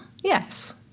yes